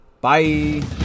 Bye